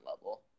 level